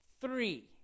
Three